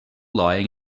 lying